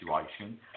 situation